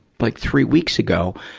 like, three weeks ago.